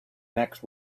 next